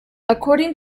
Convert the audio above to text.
according